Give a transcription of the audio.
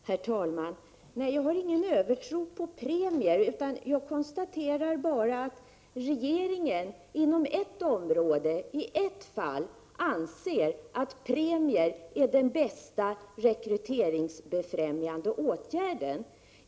Herr talman! Nej, jag har ingen övertro på premier. Jag kan bara konstatera att regeringen inom ett område i ett fall anser att premier är den bästa rekryteringsbefrämjande åtgärden.